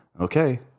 okay